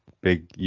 big